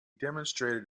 demonstrated